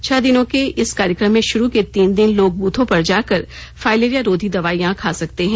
छह दिनों के इस कार्यक्रम में शुरू के तीन दिन लोग ब्र्थो पर जाकर फाईलेरियो रोधी दवाइयां खा सकते हैं